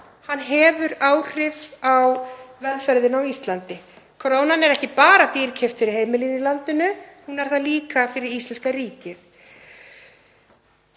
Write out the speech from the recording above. krónuna hefur áhrif á velferðina á Íslandi. Krónan er ekki bara dýrkeypt fyrir heimilin í landinu, hún er það líka fyrir íslenska ríkið.